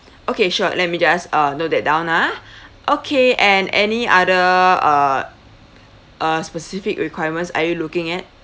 okay sure let me just uh note that down ah okay and any other uh uh specific requirements are you looking at